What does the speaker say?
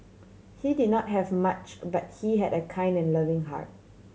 he did not have much but he had a kind and loving heart